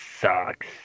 sucks